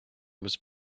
was